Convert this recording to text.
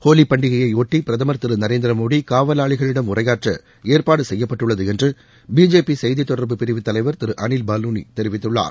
ஹோலி பண்டிகையை யொட்டி பிரதமர் திரு நரேந்திர மோடி காவலாளிகளிடம் உரையாற்ற ஏற்பாடு செய்யப்பட்டுள்ளது என்று பிஜேபி செய்தி தொடர்பு பிரிவு தலைவர் திரு அனில் பாலுனி தெரிவித்துள்ளார்